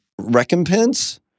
recompense